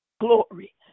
Glory